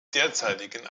derzeitigen